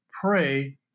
pray